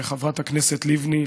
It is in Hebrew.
ולאביה של חברת הכנסת לבני,